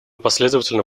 последовательно